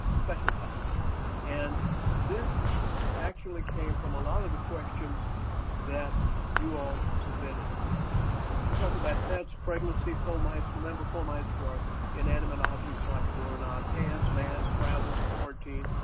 special topics and this actually came from a lot of the questions that you all submitted to talk about pets, pregnancy, fomites, remember fomites are inanimate objects like a doorknob, hands, mask, travel, quarantine,